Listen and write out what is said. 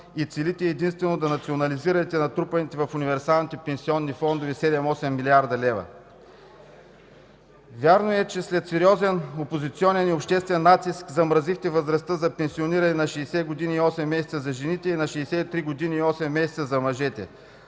и целите единствено да национализирате натрупаните в универсалните пенсионни фондове 7, 8 млрд. лв. Вярно е, че след сериозен опозиционен и обществен натиск замразихте възрастта за пенсиониране на 60 години и 8 месеца за жените и на 63 години и 8 месеца за мъжете,